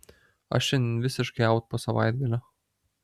aš šiandien visiškai aut po savaitgalio